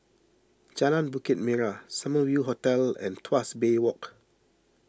Jalan Bukit Merah Summer View Hotel and Tuas Bay Walk